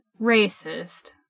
racist